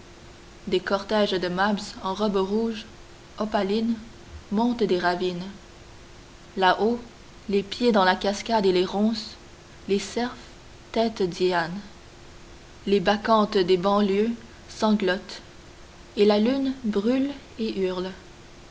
des cortèges de mabs en robes rousses opalines montent des ravines là-haut les pieds dans la cascade et les ronces les cerfs tètent diane les bacchantes des banlieues sanglotent et la lune brûle et hurle